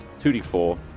2d4